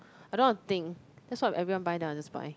I don't wanna think that's what everyone buy then I'll just buy